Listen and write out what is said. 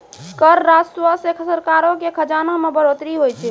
कर राजस्व से सरकारो के खजाना मे बढ़ोतरी होय छै